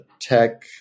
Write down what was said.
tech